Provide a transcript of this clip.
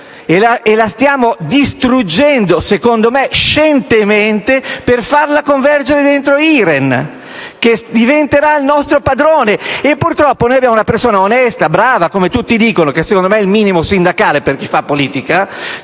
e la stiamo distruggendo, secondo me scientemente, per farla convergere dentro IREN, che diventerà il nostro padrone. Purtroppo abbiamo una persona onesta e brava, come tutti dicono (che secondo me è il minimo sindacale per chi fa politica),